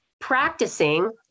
practicing